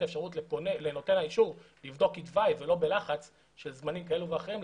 את האפשרות לנותן האישור לבדוק לא בלחץ של זמנים כאלה ואחרים,